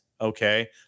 Okay